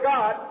God